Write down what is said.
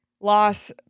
loss